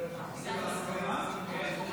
הנדרשים